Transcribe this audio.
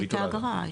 האגרה,